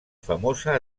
famosa